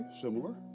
similar